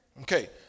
Okay